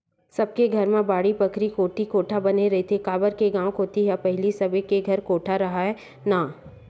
सबे घर मन म बाड़ी बखरी कोती कोठा बने रहिथे, काबर के गाँव कोती तो पहिली सबे के घर म कोठा राहय ना